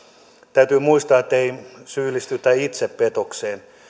täytyy muistaa ettei syyllistytä itsepetokseen